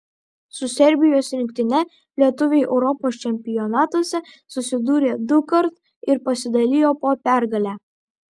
su serbijos rinktine lietuviai europos čempionatuose susidūrė dukart ir pasidalijo po pergalę